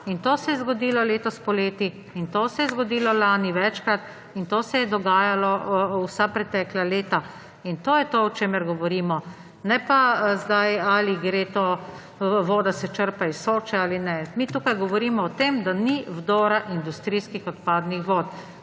In to se je zgodilo letos poleti, to se je zgodilo lani večkrat, in to se je dogajalo vsa pretekla leta. In to je to, o čemer govorimo. Ne pa, ali se voda črpa iz Soče ali ne. Mi tukaj govorimo o tem, da ni vdora industrijskih odpadnih voda.